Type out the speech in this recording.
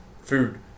food